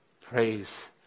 Praise